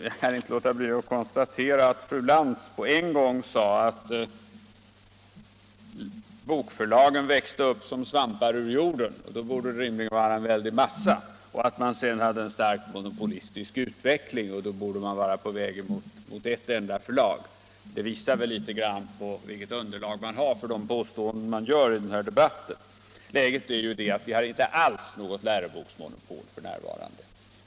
Jag kan inte låta bli att konstatera att fru Lantz på en gång sade att bokförlagen växte upp som svampar ur jorden, och då borde det rimligen finnas en väldig massa, och att det rådde en starkt monopolistisk utveckling, och då borde man vara på väg mot ett enda förlag. Det visar väl i någon mån vilket underlag man har för de påståenden man gör i den här debatten. Läget är ju det att vi inte alls har något läroboksmonopol f.n.